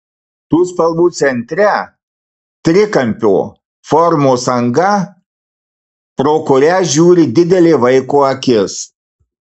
tų spalvų centre trikampio formos anga pro kuria žiūri didelė vaiko akis